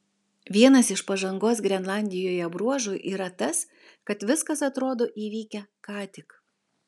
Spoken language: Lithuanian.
vienas iš pažangos grenlandijoje bruožų yra tas kad viskas atrodo įvykę ką tik